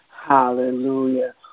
Hallelujah